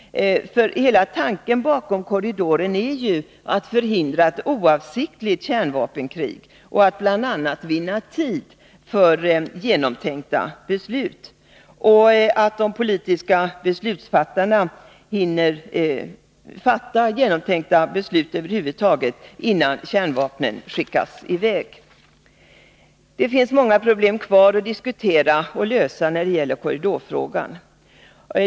Hela tanken bakom korridoren är ju att förhindra ett oavsiktligt kärnvapenkrig och att de politiska beslutsfattarna skall hinna fatta genomtänkta beslut, innan kärnvapen skickas i väg. Det finns många problem kvar att diskutera och lösa när det gäller korridorfrågan.